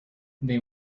they